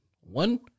One